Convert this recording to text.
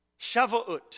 Shavuot